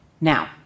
Now